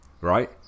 right